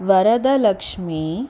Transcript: Varalakshmi